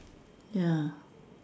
ya